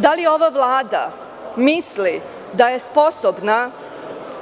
Da li ova Vlada misli da je sposobna